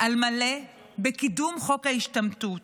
על מלא בקידום חוק ההשתמטות